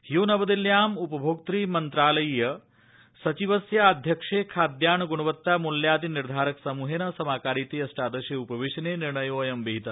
द्यो नवदिल्ल्याम् उपभोक्त मन्त्रालयीय सचिवस्य आध्यक्ष्ये खाद्यान्न ग्णवत्ता मूल्यादि निर्धारक समूहेन समाकारिते अष्टादशे उपवेशने निर्णयोऽयं विहितः